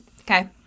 Okay